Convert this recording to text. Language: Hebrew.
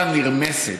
לאסקופה נרמסת.